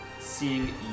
seeing